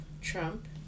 Trump